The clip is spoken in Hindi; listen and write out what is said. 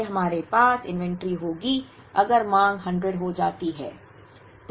इसलिए हमारे पास इन्वेंट्री होगी अगर मांग 100 हो जाती है